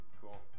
cool